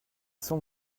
son